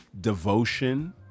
devotion